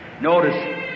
Notice